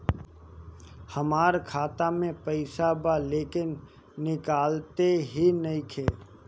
हमार खाता मे पईसा बा लेकिन निकालते ही नईखे?